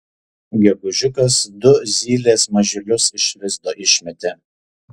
gegužiukas du zylės mažylius iš lizdo išmetė